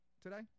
today